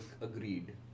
agreed